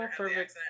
perfect